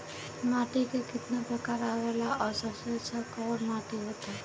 माटी के कितना प्रकार आवेला और सबसे अच्छा कवन माटी होता?